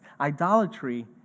idolatry